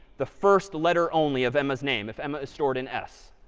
the first letter only of emma's name if emma is stored in s.